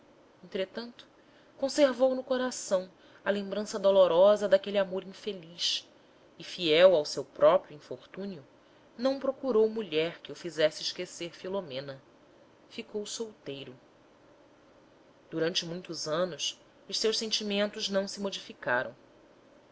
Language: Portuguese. entretanto conservou no coração a lembrança dolorosa daquele amor infeliz e fiel ao seu próprio infortúnio não procurou mulher que o fizesse esquecer filomena ficou solteiro durante muitos anos os seus sentimentos não se modificaram